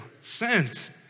Sent